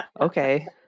okay